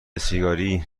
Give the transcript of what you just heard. سیگاری